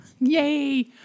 Yay